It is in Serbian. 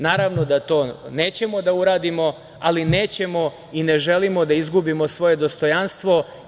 Naravno da to nećemo da uradimo, ali nećemo i ne želimo da izgubimo svoje dostojanstvo.